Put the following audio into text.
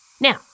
Now